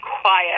quiet